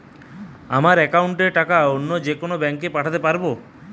আমার একাউন্টের টাকা অন্য যেকোনো ব্যাঙ্কে পাঠাতে পারব?